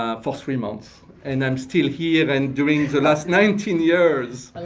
ah for three months and i'm still here and during the last nineteen years